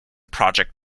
project